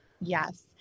Yes